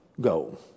go